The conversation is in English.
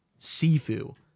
Sifu